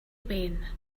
wayne